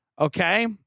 okay